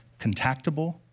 contactable